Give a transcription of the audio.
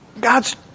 God's